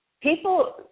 people